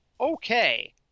Okay